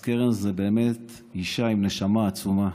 אז קרן היא באמת אישה עם נשמה עצומה,